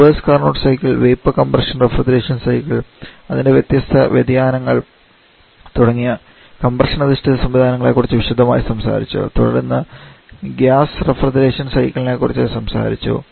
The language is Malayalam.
reverse Carnot cycle vapour compression refrigeration cycle അതിന്റെ വ്യത്യസ്ത വ്യതിയാനങ്ങൾ തുടങ്ങി കംപ്രഷൻ അധിഷ്ഠിത സംവിധാനങ്ങളെക്കുറിച്ച് വിശദമായി സംസാരിച്ചു തുടർന്ന് ഗ്യാസ് റഫ്രിജറേഷൻ സൈക്കിളിനെക്കുറിച്ച് സംസാരിച്ചു